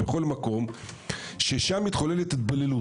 זה בכל מקום ששם מתחוללת התבוללות,